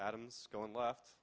adams going left